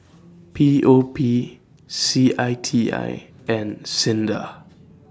P O P C I T I and SINDA